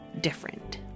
different